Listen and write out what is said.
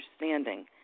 understanding